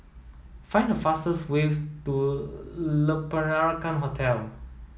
find the fastest way to Le Peranakan Hotel